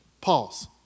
Pause